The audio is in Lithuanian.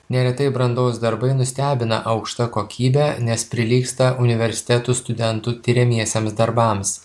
neretai brandos darbai nustebina aukšta kokybe nes prilygsta universitetų studentų tiriamiesiems darbams